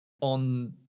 on